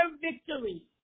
victory